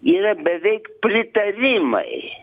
yra beveik pritarimai